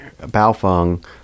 Baofeng